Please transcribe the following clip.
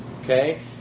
Okay